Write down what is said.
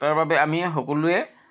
তাৰ বাবে আমি সকলোৱে